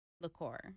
liqueur